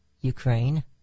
Ukraine